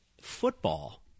football